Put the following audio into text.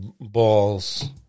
balls